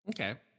okay